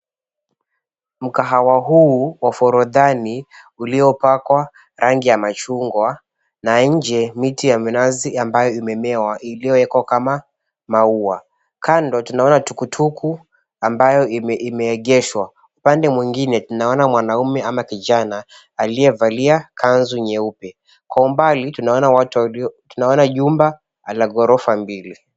Mkahawa huu wa forodhani uliopakwa rangi ya machungwa na nje miti ya minazi ambayo imemea iliyowekwa kama maua. Kando tunaona tukutuku ambayo imeegeshwa. Upande mwingine tunaona mwanaume ama kijana aliyevalia kanzu nyeupe. Kwa umbali tunaona jumba la ghorofa mbili.